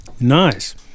Nice